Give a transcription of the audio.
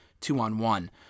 two-on-one